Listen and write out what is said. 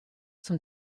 zum